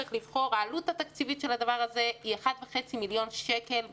העלות התקציבית של הדבר הזה היא 1.5 מיליון שקל,